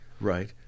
right